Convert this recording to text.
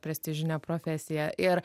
prestižinė profesija ir